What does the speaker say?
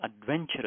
adventurous